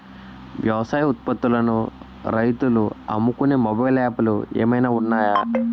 వ్యవసాయ ఉత్పత్తులను రైతులు అమ్ముకునే మొబైల్ యాప్ లు ఏమైనా ఉన్నాయా?